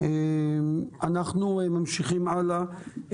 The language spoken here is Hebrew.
אנחנו ממשיכים הלאה,